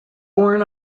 born